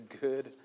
good